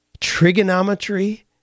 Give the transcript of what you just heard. trigonometry